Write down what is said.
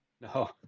No